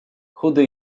chudy